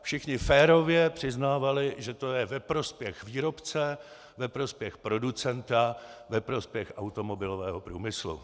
Všichni férově přiznávali, že to je ve prospěch výrobce, ve prospěch producenta, ve prospěch automobilového průmyslu.